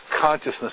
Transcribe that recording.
consciousness